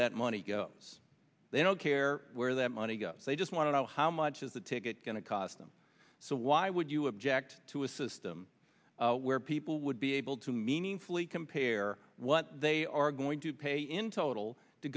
that money goes they don't care where that money goes they just want to know how much is the ticket going to cost them so why would you object to a system where people would be able to meaningfully compare what they are going to pay in total to